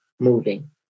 moving